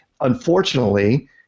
Unfortunately